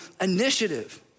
initiative